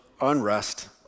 unrest